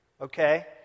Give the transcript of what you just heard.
okay